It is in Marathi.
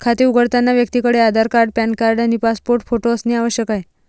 खाते उघडताना व्यक्तीकडे आधार कार्ड, पॅन कार्ड आणि पासपोर्ट फोटो असणे आवश्यक आहे